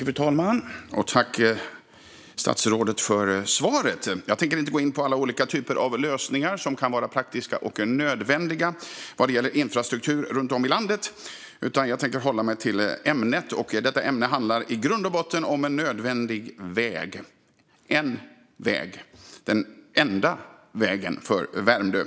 Fru talman! Jag tänker inte gå in på alla olika typer av lösningar som kan vara praktiska och nödvändiga vad gäller infrastruktur runt om i landet, utan jag tänker hålla mig till ämnet som i grund och botten handlar om en nödvändig väg - en väg, den enda vägen - för Värmdö.